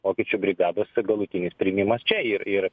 vokiečių brigados ir galutinis priėmimas čia ir ir